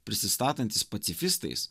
prisistatantys pacifistais